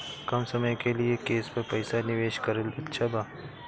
कम समय के लिए केस पर पईसा निवेश करल अच्छा बा?